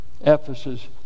Ephesus